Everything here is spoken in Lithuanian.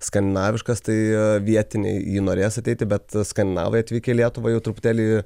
skandinaviškas tai vietiniai į ji norės ateiti bet skandinavai atvykę į lietuvą jau truputėlį